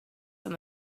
than